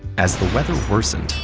as the weather worsened,